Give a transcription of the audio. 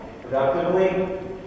productively